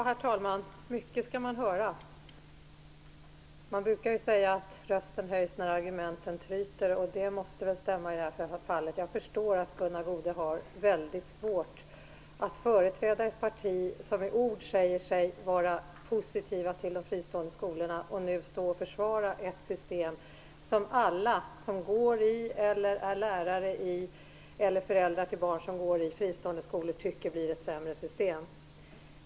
Herr talman! Mycket skall man höra! Man brukar säga att rösten höjs när argumenten tryter, och det måste stämma i det här fallet. Jag förstår att Gunnar Goude har väldigt svårt att företräda ett parti som i ord säger sig vara positivt till de fristående skolorna och samtidigt stå och försvara ett system som alla i friskolorna - elever, föräldrar och lärare - tycker blir ett sämre system.